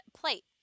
plate